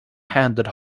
handed